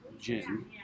gin